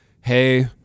hey